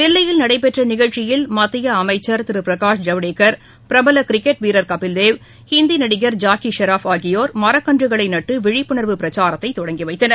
தில்லியில் நடைபெற்ற நிகழ்ச்சியில் மத்திய அமைச்சர் திரு பிரனாஷ் ஜவ்டேனர் பிரபல கிரிக்கெட் வீரர் கபில்தேவ் இந்தி நடிகர் ஜாக்கி ஷெராப் ஆகியோர் மரக்கன்றுகளை நட்டு விழிப்புனர்வு பிரச்சாரத்தை தொடங்கி வைத்தனர்